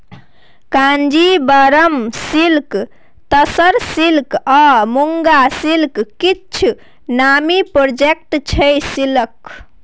Kanjeevaram silk, तसर silk आ Muga silk किछ नामी प्रोडक्ट छै सिल्कक